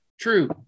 true